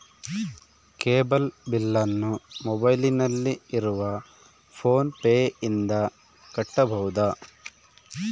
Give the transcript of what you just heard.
Cable ಬಿಲ್ಲನ್ನು ಮೊಬೈಲಿನಲ್ಲಿ ಇರುವ ಫೋನ್ ಪೇನಿಂದ ಕಟ್ಟಬಹುದಾ?